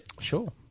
Sure